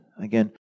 Again